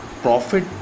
profit